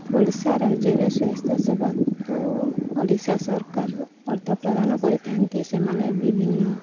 ଓଡ଼ିଶା ରାଜ୍ୟରେ ସ୍ୱାସ୍ଥ୍ୟ ସେବାକୁ ଓଡ଼ିଶା ସରକାର ଅର୍ଥ ପ୍ରଦାନ କରିଥାନ୍ତି ସେମାନେ ବିଭିନ୍ନ